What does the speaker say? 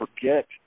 forget